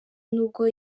n’ubwo